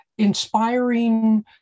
inspiring